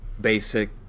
basic